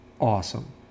awesome